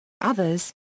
Others